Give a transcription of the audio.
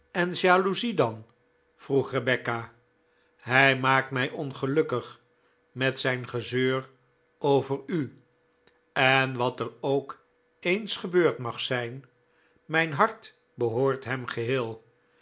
en jaloezie dan vroeg rebecca hij maakt mij ongelukkig met zijn gezeur over u en wat er ook eens gebeurd mag zijn mijn hart behoort hem geheel